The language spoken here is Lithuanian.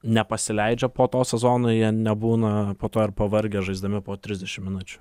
nepasileidžia po to sezono jie nebūna po to ir pavargę žaisdami po trisdešim minučių